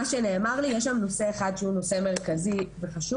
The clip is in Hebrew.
מה שנאמר לי זה שיש שם נושא אחד שהוא נושא מרכזי וחשוב,